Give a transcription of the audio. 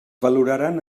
valoraran